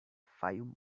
fayoum